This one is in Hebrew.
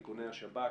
איכוני השב"כ